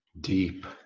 Deep